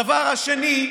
אין לך מושג, הדבר השני,